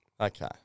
Okay